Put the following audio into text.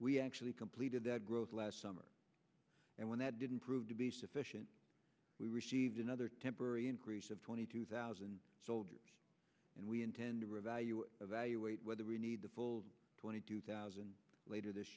we actually completed that growth last summer and when that didn't prove to be sufficient we received another temporary increase of twenty two thousand soldiers and we intend to revalue evaluate whether we need the full twenty two thousand later this